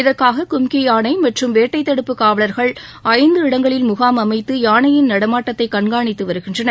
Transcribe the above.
இதற்காக கும்கி யானை மற்றும் வேட்டைத்தடுப்பு காவலர்கள் ஐந்து இடங்களில் முகாம் அமைத்து யானையின் நடமாட்டத்தை கண்காணித்து வருகின்றனர்